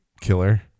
killer